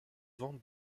vente